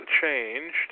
changed